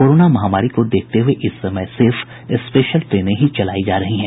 corona महामारी को देखते हुए इस समय सिर्फ स्पेशल ट्रेनें ही चलायी जा रही हैं